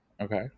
Okay